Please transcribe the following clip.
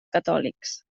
catòlics